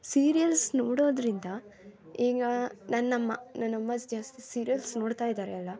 serials ನೋಡೋದರಿಂದ ಈಗ ನನ್ನಮ್ಮ ನನ್ನಮ್ಮ ಜಾಸ್ತಿ ಸೀರಿಯಲ್ಸ್ ನೋಡ್ತಾಯಿದ್ದಾರೆ ಅಲ್ಲ